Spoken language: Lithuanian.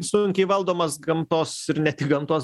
sunkiai valdomas gamtos ir ne tik gamtos